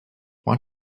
want